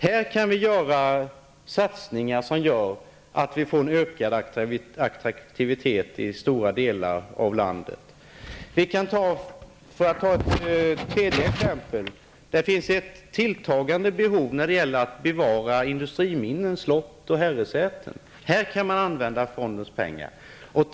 Här kan det göras satsningar som bidrar till en ökad attraktivitet i stora delar av landet. Det finns ett tilltagande behov av att bevara industriminnen, slott och herresäten. Också här kan fondens pengar användas.